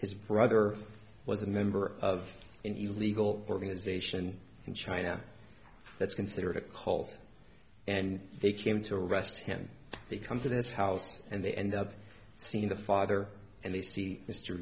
his brother was a member of an illegal organization in china that's considered a cult and they came to arrest him they come to this house and they end up seeing the father and they see